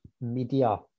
media